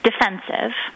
defensive